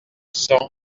sans